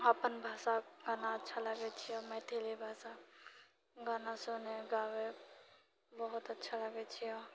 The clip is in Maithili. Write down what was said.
अपन भाषा गाना अच्छा लागै छिऐ मैथिली भाषा गाना सुनए गाबए बहुत अच्छा लागै छिऐ